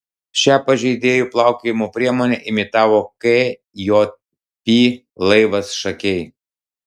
šią pažeidėjų plaukiojimo priemonę imitavo kjp laivas šakiai